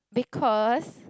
because